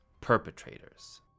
Perpetrators